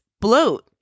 bloat